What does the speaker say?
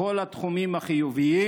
בכל התחומים החיוביים,